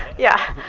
yeah.